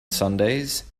sundays